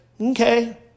okay